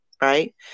right